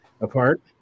Apart